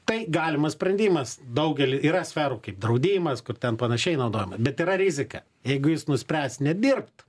tai galimas sprendimas daugely yra sferų kaip draudimas kur ten panašiai naudojama bet yra rizika jeigu jis nuspręs nedirbt